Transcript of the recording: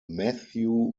matthew